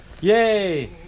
Yay